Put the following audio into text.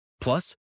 Plus